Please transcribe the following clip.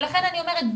ולכן אני אומרת,